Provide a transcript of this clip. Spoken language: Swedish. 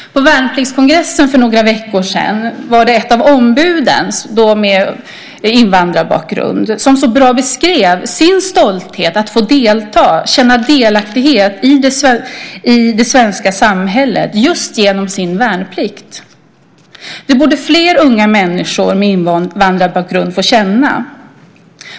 På värnpliktskongressen för några veckor sedan var det ett ombud med invandrarbakgrund som så bra beskrev sin stolthet över att få delta, känna delaktighet, i det svenska samhället just genom sin värnplikt. Det borde fler unga människor med invandrarbakgrund få känna.